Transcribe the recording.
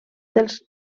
dels